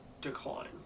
decline